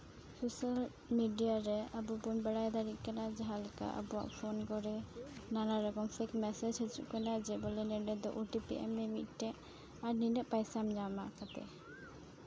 social media ᱨᱮ ᱟᱵᱚ ᱵᱚᱱ ᱵᱟᱲᱟᱭ ᱫᱟᱲᱮᱭᱟᱜ ᱠᱟᱱᱟ ᱡᱟᱦᱟᱸ ᱞᱮᱠᱟ ᱟᱵᱚᱣᱟᱜ ᱯᱷᱳᱱ ᱠᱚᱨᱮ ᱱᱟᱱᱟ ᱨᱚᱠᱚᱢ ᱯᱷᱮᱠ ᱢᱮᱥᱮᱡᱽ ᱦᱤᱡᱩᱜ ᱠᱟᱱᱟ ᱡᱮ ᱱᱚᱰᱮ ᱫᱚ ᱳ ᱴᱤ ᱯᱤ ᱮᱢ ᱢᱮ ᱢᱤᱫᱴᱮᱡ ᱟᱨ ᱱᱤᱱᱟ ᱜ ᱯᱚᱭᱥᱟᱢ ᱧᱟᱢᱟ ᱠᱟᱛᱮ